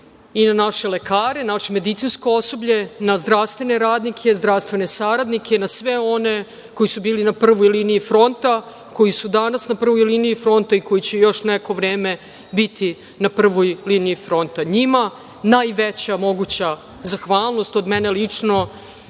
i na naše lekare, naše medicinsko osoblje, na zdravstvene radnike, zdravstvene saradnike i na sve one koji su bili na prvoj liniji fronta, koji su danas na prvoj liniji fronta i koji će još neko vreme biti na prvoj liniji fronta. Njima najveća moguća zahvalnost od mene lično